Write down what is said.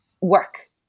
work